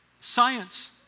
Science